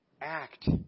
Act